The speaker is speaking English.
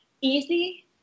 easy